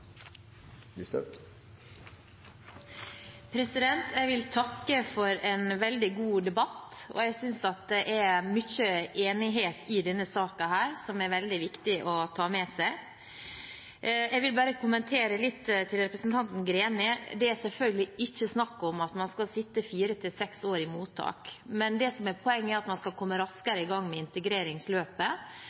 handle. Jeg vil takke for en veldig god debatt, og jeg synes det er mye enighet i denne saken, som er veldig viktig å ta med seg. Jeg vil bare kommentere til representanten Greni: Det er selvfølgelig ikke snakk om at man skal sitte fire–seks år i mottak, men det som er poenget, er at man skal komme raskere i gang med integreringsløpet.